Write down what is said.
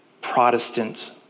Protestant